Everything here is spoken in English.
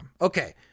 Okay